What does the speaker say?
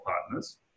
partners